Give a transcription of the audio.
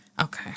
Okay